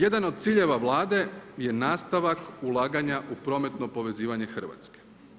Jedan od ciljeva Vlade je nastavak ulaganja u prometno povezivanje Hrvatske.